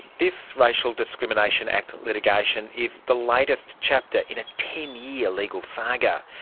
this racial discrimination act litigation is the latest chapter in a ten year legal saga.